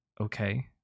okay